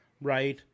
right